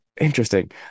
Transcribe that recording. Interesting